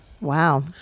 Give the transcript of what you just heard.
Wow